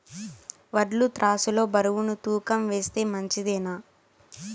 వడ్లు త్రాసు లో బరువును తూకం వేస్తే మంచిదేనా?